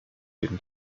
jeden